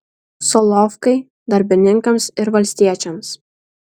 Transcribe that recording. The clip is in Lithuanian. solovkai darbininkams ir valstiečiams